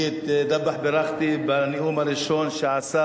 אני את דבאח בירכתי בנאום הראשון שעשה,